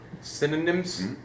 Synonyms